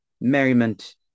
merriment